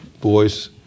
boys